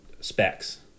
specs